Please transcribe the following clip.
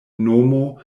nomo